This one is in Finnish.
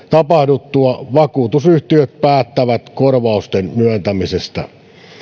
tapahduttua vakuutusyhtiöt päättävät korvausten myöntämisestä